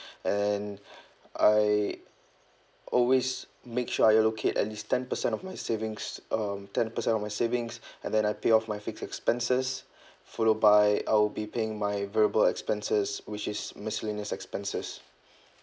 and I always make sure I allocate at least ten percent of my savings um ten percent of my savings and then I pay off my fixed expenses follow by I'll be paying my variable expenses which is miscellaneous expenses